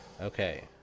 Okay